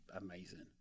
amazing